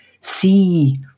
see